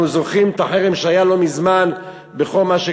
אנחנו זוכרים את החרם שהיה לא מזמן בכל מה,